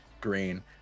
green